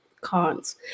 cons